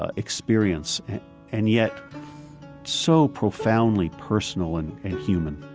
ah experience and yet so profoundly personal and and human